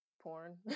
porn